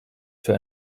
für